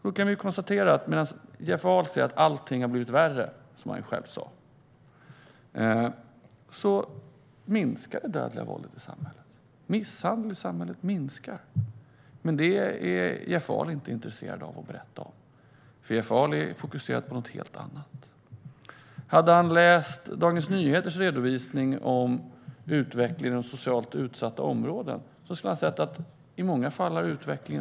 Vi kan konstatera att medan Jeff Ahl säger att allting har blivit värre - som han ju själv sa - minskar det dödliga våldet i samhället. Misshandel i samhället minskar. Men det är Jeff Ahl inte intresserad av att berätta om, för han är fokuserad på något helt annat. Om Jeff Ahl hade läst Dagens Nyheters redovisning av utvecklingen i socialt utsatta områden skulle han ha sett att utvecklingen i många fall har vänt.